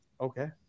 Okay